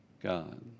God